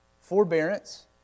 Forbearance